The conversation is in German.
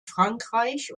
frankreich